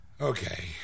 Okay